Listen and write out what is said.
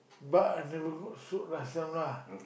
but I never go so last time lah